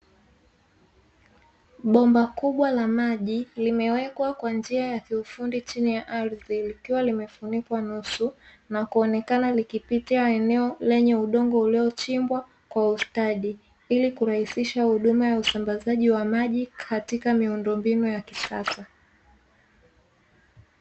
Bomba kubwa la maji limewekwa kwa njia ya kiufundi chini ya ardhi likiwa limefunikwa nusu, na kuonekana likipita eneo lenye udongo uliochimbwa kwa ustadi, ili kurahisisha huduma ya usambazaji wa maji katika miundombinu ya kisasa.